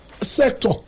sector